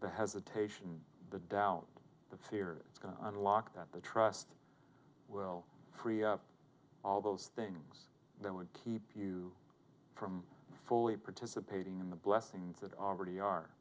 the hesitation the doubt the fear it's going to unlock that the trust will free up all those things that would keep you from fully participating in the blessings that already are